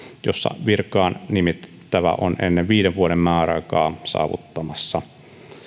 jossa virkaan nimitettävä on ennen viiden vuoden määräaikaa saavuttamassa